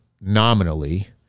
nominally